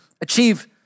achieve